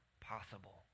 possible